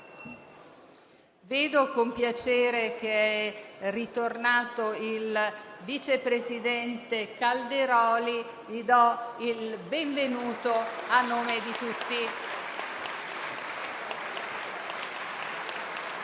Vedo con piacere che è ritornato il vice presidente Calderoli, cui do il benvenuto a nome di tutti.